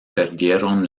perdieron